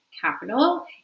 capital